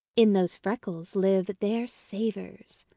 in those freckles live their savours.